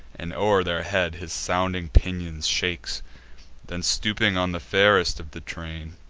and o'er their heads his sounding pinions shakes then, stooping on the fairest of the train,